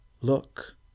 Look